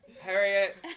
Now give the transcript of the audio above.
Harriet